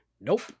Nope